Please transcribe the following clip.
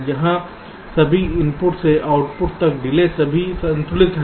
यहां सभी इनपुट से आउटपुट तक डिले सभी संतुलित हैं